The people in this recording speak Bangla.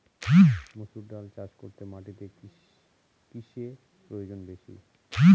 মুসুর ডাল চাষ করতে মাটিতে কিসে প্রয়োজন বেশী?